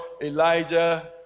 Elijah